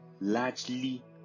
largely